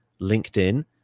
LinkedIn